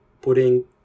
putting